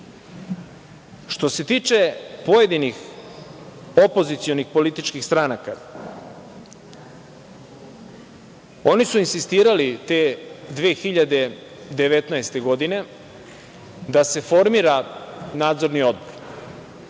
što se tiče pojedinih opozicionih političkih stranaka, oni su insistirali te 2019. godine da se formira Nadzorni odbor,